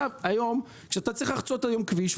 היום כשאתה צריך לחצות כביש,